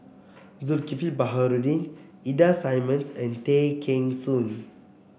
Zulkifli Baharudin Ida Simmons and Tay Kheng Soon